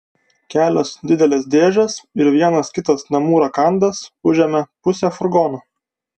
kelios didelės dėžės ir vienas kitas namų rakandas užėmė pusę furgono